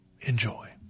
enjoy